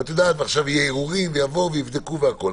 ועכשיו יהיו ערעורים ויבדקו והכול.